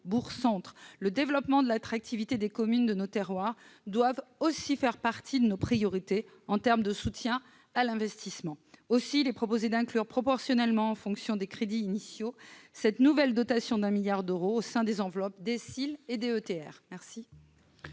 le développement de l'attractivité des communes de nos terroirs doivent aussi faire partie de nos priorités en termes de soutien à l'investissement. Il est ainsi proposé d'inclure proportionnellement aux crédits initiaux cette nouvelle dotation de 1 milliard d'euros au sein des enveloppes consacrées à la